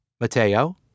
Mateo